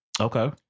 Okay